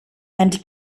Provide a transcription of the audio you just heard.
and